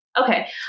okay